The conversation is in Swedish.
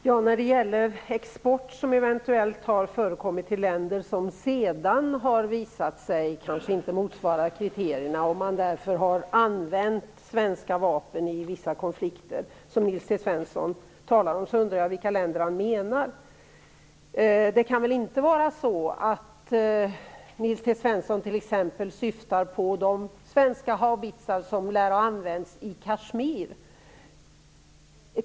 Herr talman! Nils T Svensson talade om export som eventuellt har förekommit till länder som sedan har visat sig inte uppfylla kriterierna och därför använt svenska vapen i vissa konflikter. Jag undrar vilka länder han menar. Det kan väl inte vara så att han t.ex. syftar på de svenska haubitsar som lär ha använts i Kashmir?